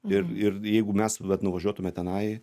ir ir jeigu mes vat nuvažiuotume tenai